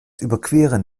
überqueren